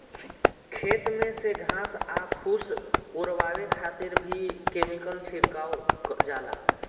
खेत में से घास आ फूस ओरवावे खातिर भी केमिकल छिड़कल जाला